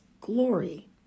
glory